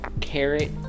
carrot